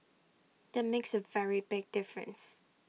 that makes A very big difference